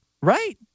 Right